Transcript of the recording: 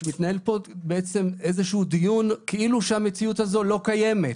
שמתנהל פה בעצם איזשהו דיון כאילו שהמציאות הזו לא קיימת.